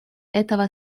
этого